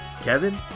Kevin